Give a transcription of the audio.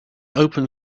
open